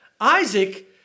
Isaac